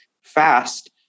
fast